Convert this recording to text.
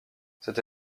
cette